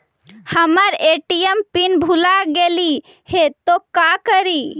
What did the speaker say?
हमर ATM pin भूला गेली हे, तो का करि?